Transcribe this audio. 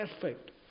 perfect